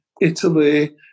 Italy